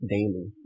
Daily